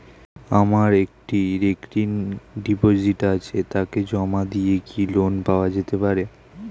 আমার একটি recurring deposit আছে তাকে জমা দিয়ে কি লোন পাওয়া যেতে পারে?